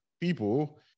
people